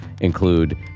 include